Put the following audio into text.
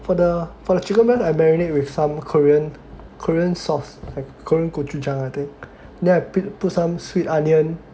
for the for the chicken breast I marinate with some Korean Korean sauce I think Korean gojuchang I think then I put some sweet onion